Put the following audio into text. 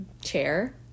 chair